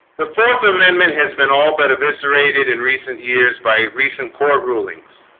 the fourth amendment has been all but eviscerated in recent years by recent court rulings